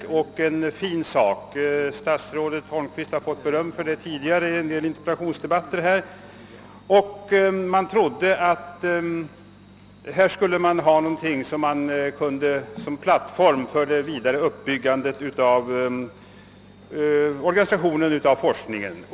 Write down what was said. Det var en mycket fin sak, och statsrådet Holmqvist har fått beröm för det tidigare i en del interpellationsdebatter här. Man trodde att detta betänkande skulle kunna utgöra en plattform för en vidare uppbyggnad av organisationen av forskningen.